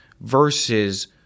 versus